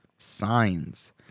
signs